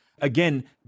again